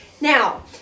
Now